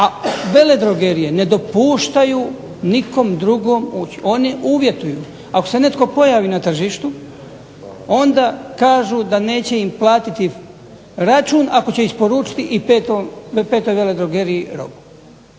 A veledrogerije ne dopuštaju nikom drugom ući. Oni uvjetuju. Ako se netko pojavi na tržištu onda kažu da neće im platiti račun ako će isporučiti i petoj veledrogeriji robu.